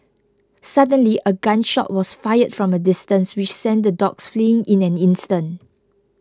suddenly a gun shot was fired from a distance which sent the dogs fleeing in an instant